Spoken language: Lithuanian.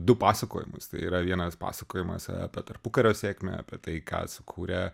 du pasakojimus tai yra vienas pasakojimas apie tarpukario sėkmę apie tai ką sukūrė